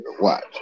watch